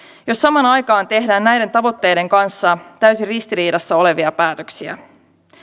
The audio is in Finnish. jos samaan aikaan tehdään näiden tavoitteiden kanssa täysin ristiriidassa olevia päätöksiä